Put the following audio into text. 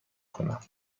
کنم